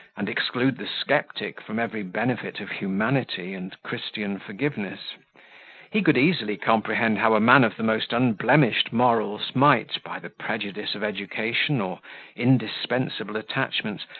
and exclude the sceptic from every benefit of humanity and christian forgiveness he could easily comprehend how a man of the most unblemished morals might, by the prejudice of education, or indispensable attachments,